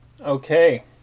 Okay